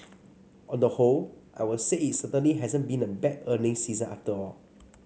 on the whole I would say it certainly hasn't been a bad earnings season at all